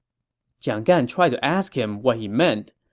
jiang gan tried to ask him what he meant,